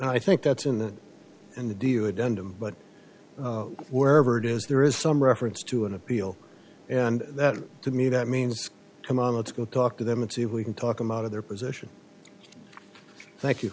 i think that's in the in the deal a done but wherever it is there is some reference to an appeal and that to me that means come on let's go talk to them and see if we can talk him out of their position thank you